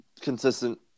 consistent